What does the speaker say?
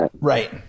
Right